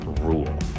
rule